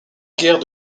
guerre